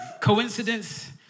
Coincidence